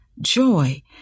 joy